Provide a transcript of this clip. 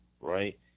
right